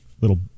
little